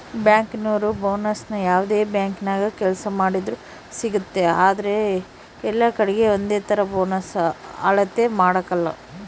ಬ್ಯಾಂಕಿನೋರು ಬೋನಸ್ನ ಯಾವ್ದೇ ಬ್ಯಾಂಕಿನಾಗ ಕೆಲ್ಸ ಮಾಡ್ತಿದ್ರೂ ಸಿಗ್ತತೆ ಆದ್ರ ಎಲ್ಲಕಡೀಗೆ ಒಂದೇತರ ಬೋನಸ್ ಅಳತೆ ಮಾಡಕಲ